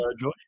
-Joy